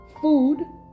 food